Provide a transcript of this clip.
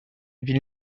ville